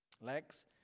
legs